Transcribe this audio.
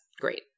great